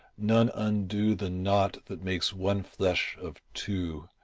none undo the knot that makes one flesh of two,